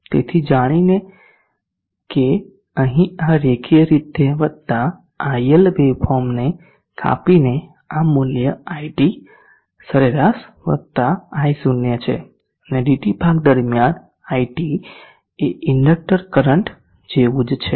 તેથી જાણીને કે અહીં આ રેખીય રીતે વધતા iL વેવફોર્મને કાપીને આ મૂલ્ય iT સરેરાશ વતા i0 છે અને dT ભાગ દરમિયાન iT એ ઇન્ડકટર કરંટ જેવું જ છે